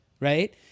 right